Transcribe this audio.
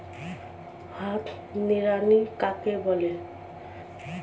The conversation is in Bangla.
হাত নিড়ানি কাকে বলে?